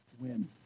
win